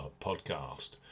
podcast